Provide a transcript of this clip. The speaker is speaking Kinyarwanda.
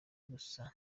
gusa